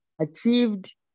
achieved